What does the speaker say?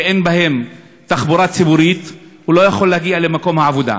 שאין בהם תחבורה ציבורית והוא לא יכול להגיע למקום העבודה?